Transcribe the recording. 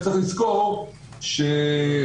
צריך לזכור שב-2019,